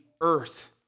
earth